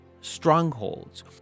strongholds